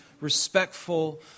respectful